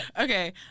Okay